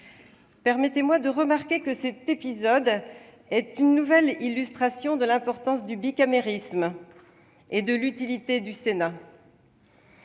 Permettez-moi de le souligner : cet épisode constitue une nouvelle illustration de l'importance du bicamérisme et de l'utilité du Sénat.